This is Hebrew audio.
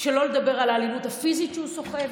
שלא לדבר על האלימות הפיזית שהוא סוחב,